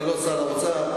אני לא שר האוצר.